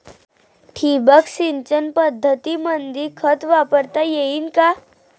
ठिबक सिंचन पद्धतीमंदी खत वापरता येईन का?